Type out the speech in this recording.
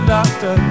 doctor